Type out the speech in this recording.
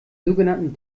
sogenannten